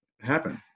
happen